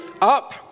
up